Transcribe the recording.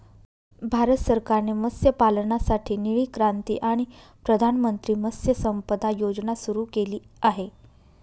भारत सरकारने मत्स्यपालनासाठी निळी क्रांती आणि प्रधानमंत्री मत्स्य संपदा योजना सुरू केली आहे